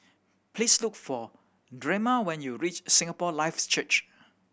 please look for Drema when you reach Singapore Life Church